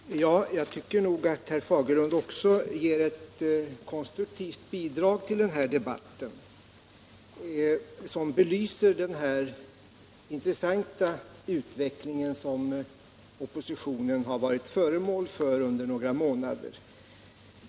Herr talman! Jag tycker nog också att herr Fagerlund ger ett konstruktivt bidrag till denna debatt som belyser den intressanta utveckling som oppositionen har varit föremål för under några månader.